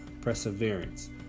perseverance